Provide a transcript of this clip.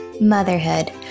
motherhood